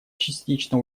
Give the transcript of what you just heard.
частично